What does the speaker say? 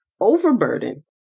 overburden